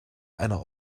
einer